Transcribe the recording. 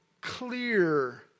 clear